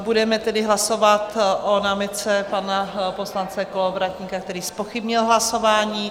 Budeme hlasovat o námitce pana poslance Kolovratníka, který zpochybnil hlasování.